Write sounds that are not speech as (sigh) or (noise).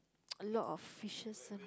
(noise) a lot of fishes ah